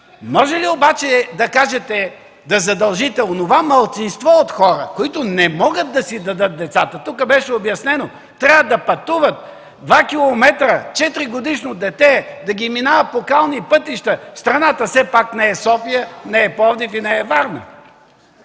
Може ли обаче да задължите онова малцинство от хора, които не могат да си дадат децата? Тук беше обяснено, че трябва да пътуват – 2 километра 4-годишно дете, да минава по кални пътища. Страната все пак не е София, не е Пловдив и не е Варна.